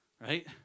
right